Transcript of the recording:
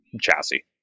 chassis